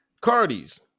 Cardi's